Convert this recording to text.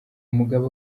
mugaba